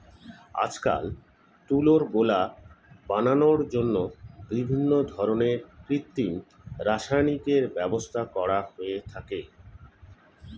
আজকাল তুলোর গোলা বানানোর জন্য বিভিন্ন ধরনের কৃত্রিম রাসায়নিকের ব্যবহার করা হয়ে থাকে